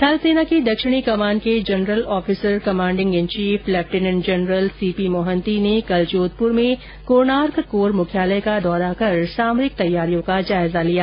थल सेना की दक्षिणी कमान के general officer commanding in chief lieutenant general C P Mohanty ने कल जोधप्र में कोणार्क कोर मुख्यालय का दौरा कर सामरिक तैयारियों का जायजा लिया